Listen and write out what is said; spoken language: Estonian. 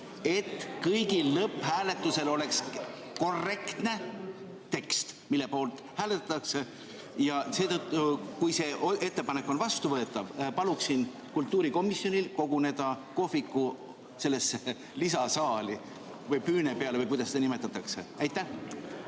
et kõigil oleks lõpphääletusel ees korrektne tekst, mille poolt hääletatakse. Ja kui see ettepanek on vastuvõetav, palun kultuurikomisjonil koguneda kohviku lisasaali või püüne peale või kuidas seda nimetatakse. Aitäh!